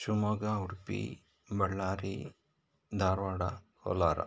Shivamogga Udupi Ballari Dharwad Kolar